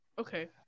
okay